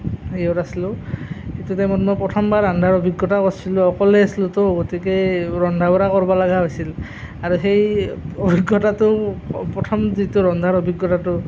আছিলোঁ সেইটো টাইমত মই প্ৰথমবাৰ ৰন্ধাৰ অভিজ্ঞতা কৰিছিলো অকলে আছিলোঁতো তেতিয়া এই ৰন্ধা বঢ়া কৰিব লগা হৈছিল আৰু সেই অভিজ্ঞতাটো প্ৰথম যিটো ৰন্ধাৰ অভিজ্ঞতাটো